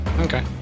Okay